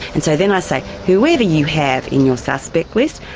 and so then i'll say whoever you have in your suspect list,